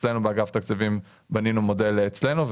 אצלנו באגף תקציבים בנינו מודל אצלנו,